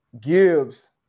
Gibbs